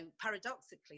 paradoxically